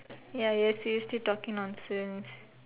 ya you are seriously talking nonsense